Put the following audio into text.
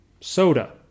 soda